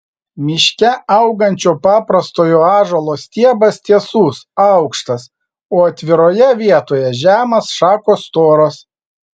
miške augančio paprastojo ąžuolo stiebas tiesus aukštas o atviroje vietoje žemas šakos storos